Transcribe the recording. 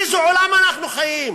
באיזה עולם אנחנו חיים?